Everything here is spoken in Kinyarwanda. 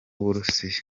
burusiya